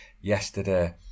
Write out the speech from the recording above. yesterday